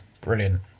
brilliant